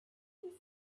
you